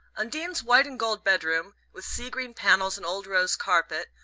undine's white and gold bedroom, with sea-green panels and old rose carpet,